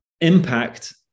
impact